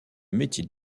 métier